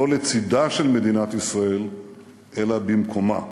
לא לצדה של מדינת ישראל אלא במקומה,